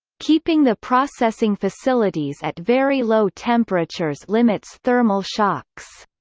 keeping the processing facilities at very low temperatures limits thermal shocks.